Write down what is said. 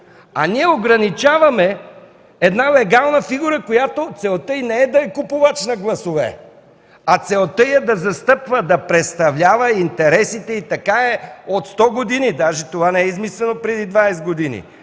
а ние ограничаваме една легална фигура, на която целта й не е да е купувач на гласове, а да застъпва, да представлява интересите. Така е от 100 години. Това не е измислено преди 20 години,